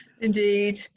Indeed